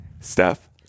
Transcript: Steph